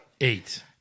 Eight